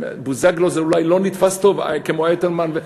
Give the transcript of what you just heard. בוזגלו זה אולי לא נתפס טוב כמו אלתרמן.